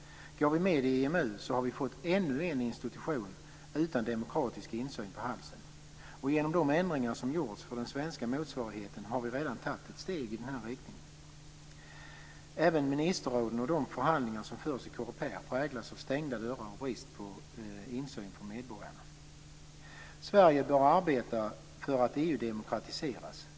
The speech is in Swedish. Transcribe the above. Går vi med i EMU har vi fått ännu en institution utan demokratisk insyn på halsen. Genom de ändringar som gjorts för den svenska motsvarigheten har vi redan tagit ett steg i denna riktning. Även ministerråden och de förhandlingar som förs i Coreper präglas av stängda dörrar och brist på insyn för medborgarna. Sverige bör arbeta för att EU demokratiseras.